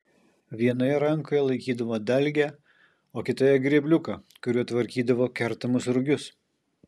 vienoje rankoje laikydavo dalgę o kitoje grėbliuką kuriuo tvarkydavo kertamus rugius